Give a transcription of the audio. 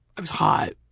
i was hot.